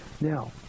Now